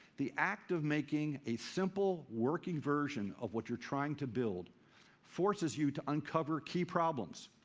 the act of making a simple, working version of what you're trying to build forces you to uncover key problems.